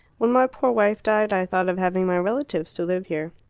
when my poor wife died i thought of having my relatives to live here.